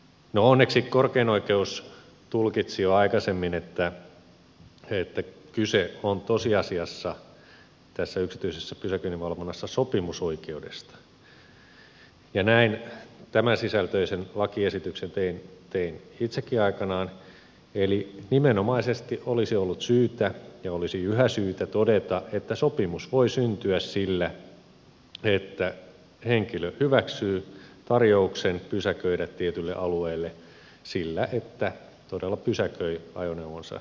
no onneksi korkein oikeus tulkitsi jo aikaisemmin että kyse on tosiasiassa tässä yksityisessä pysäköinninvalvonnassa sopimusoikeudesta ja tämänsisältöisen lakiesityksen tein itsekin aikanaan eli nimenomaisesti olisi ollut syytä ja olisi yhä syytä todeta että sopimus voi syntyä sillä että henkilö hyväksyy tarjouksen pysäköidä tietylle alueelle sillä että todella pysäköi ajoneuvonsa tuolle alueelle